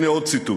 הנה עוד ציטוט: